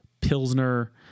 pilsner